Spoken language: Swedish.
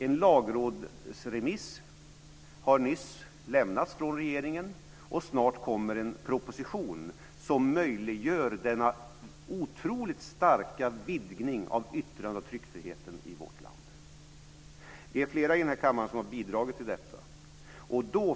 En lagrådsremiss har nyss lämnats av regeringen, och snart kommer en proposition som möjliggör denna otroligt stora vidgning av yttrandefriheten och tryckfriheten i vårt land. Vi är flera i denna kammare som har bidragit till detta.